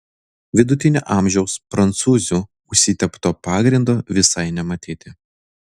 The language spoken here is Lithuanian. vidutinio amžiaus prancūzių užsitepto pagrindo visai nematyti